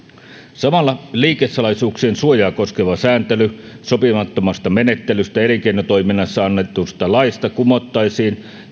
samalla liikesalaisuuksien suojaa koskeva sääntely sopimattomasta menettelystä elinkeinotoiminnassa annetusta laista kumottaisiin